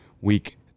week